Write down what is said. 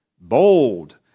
Bold